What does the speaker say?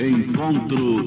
Encontro